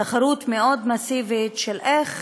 תחרות מאוד מסיבית, איך